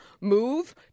move